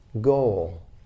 goal